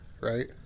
right